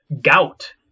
gout